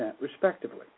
respectively